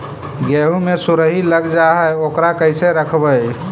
गेहू मे सुरही लग जाय है ओकरा कैसे रखबइ?